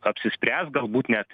apsispręs galbūt net